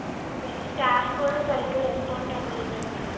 okay అండి staff కూడా సరిగ్గా రెస్పాండ్ అవ్వలేదండి